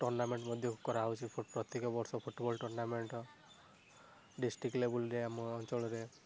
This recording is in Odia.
ଟର୍ଣ୍ଣାମେଣ୍ଟ ମଧ୍ୟ କରାହଉଛି ପ୍ରତ୍ୟେକ ବର୍ଷ ଫୁଟବଲ ଟୁର୍ଣ୍ଣାମେଣ୍ଟ ଡିଷ୍ଟ୍ରିକ ଲେବୁଲରେ ଆମ ଅଞ୍ଚଳରେ